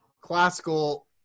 classical